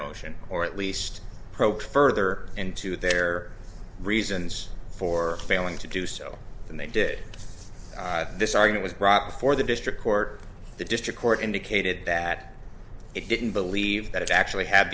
motion or at least approached further into their reasons for failing to do so and they did this article was brought before the district court the district court indicated that it didn't believe that it actually had